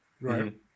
Right